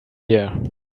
here